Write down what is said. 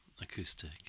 acoustic